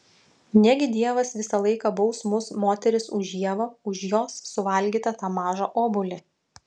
negi dievas visą laiką baus mus moteris už ievą už jos suvalgytą tą mažą obuolį